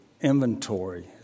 inventory